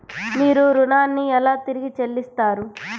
మీరు ఋణాన్ని ఎలా తిరిగి చెల్లిస్తారు?